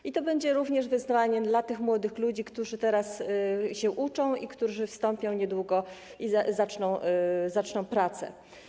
I to będzie również wyzwanie dla tych młodych ludzi, którzy teraz się uczą i którzy wstąpią niedługo i zaczną pracę.